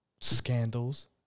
scandals